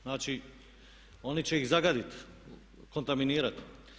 Znači oni će ih zagadit, kontaminirat.